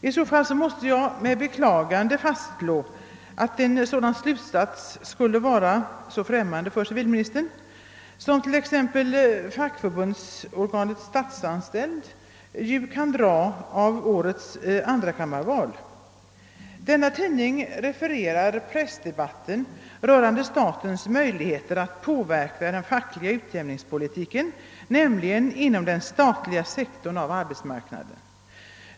I så fall måste jag med beklagande fastslå att den slutsats som t.ex. fackförbundsorganet Statsanställd kan dra av årets andrakammarval. tydligen är helt främmande för civilministern. Denna tidning refererar pressdebatten rörande statens. möjligheter att påverka fackliga utjämningspolitiken inom statliga sektorn av arbetsmarknaden.